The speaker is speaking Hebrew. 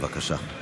בבקשה.